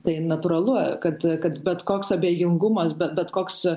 tai natūralu kad kad bet koks abejingumas be bet koks